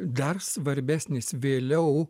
dar svarbesnis vėliau